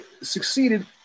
succeeded